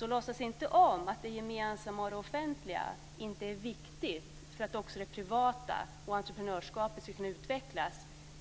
Det går inte att låtsas om att det gemensamma och det offentliga inte är viktigt för att också det privata entreprenörskapet ska kunna utvecklas.